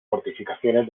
fortificaciones